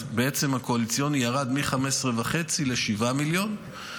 אז בעצם הקואליציוני ירד מ-15.5 ל-7 מיליון.